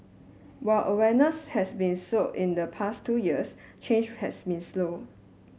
while awareness has been sown in the past two years change has been slow